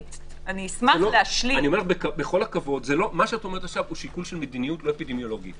מה שאת אומרת עכשיו הוא שיקול של מדיניות לא אפידמיולוגית.